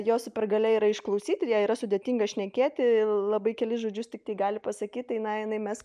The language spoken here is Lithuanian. jos supergalia yra išklausyti ir jai yra sudėtinga šnekėti labai kelis žodžius tiktai gali pasakyti tai na jinai mes